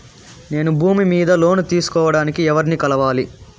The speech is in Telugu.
నేను భూమి మీద లోను తీసుకోడానికి ఎవర్ని కలవాలి?